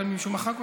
מישהו מחק אותך.